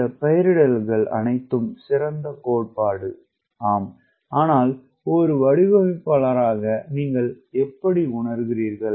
இந்த பெயரிடல்கள் அனைத்தும் சிறந்த கோட்பாடு ஆனால் ஒரு வடிவமைப்பாளராக நீங்கள் எப்படி உணருகிறீர்கள்